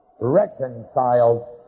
Reconciled